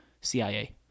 CIA